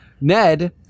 Ned